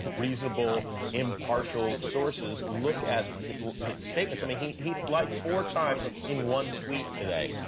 reasonable impartial sources look at his statements i mean, he he lied four times in one tweet today.